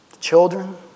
children